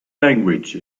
language